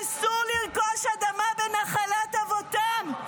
אסור לרכוש אדמה בנחלת אבותיהם.